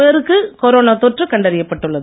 பேருக்கு கொரோனா தொற்று கண்டறியப்பட்டுள்ளது